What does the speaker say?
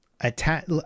attack